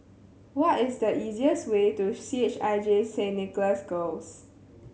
what is the easiest way to C H I J Nicholas Girls